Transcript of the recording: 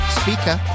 speaker